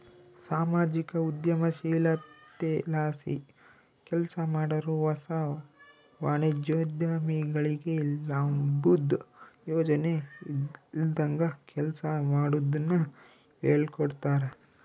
ಸಾಮಾಜಿಕ ಉದ್ಯಮಶೀಲತೆಲಾಸಿ ಕೆಲ್ಸಮಾಡಾರು ಹೊಸ ವಾಣಿಜ್ಯೋದ್ಯಮಿಗಳಿಗೆ ಲಾಬುದ್ ಯೋಚನೆ ಇಲ್ದಂಗ ಕೆಲ್ಸ ಮಾಡೋದುನ್ನ ಹೇಳ್ಕೊಡ್ತಾರ